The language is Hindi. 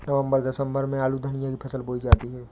नवम्बर दिसम्बर में आलू धनिया की फसल बोई जाती है?